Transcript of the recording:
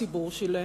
הציבור שילם,